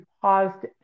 paused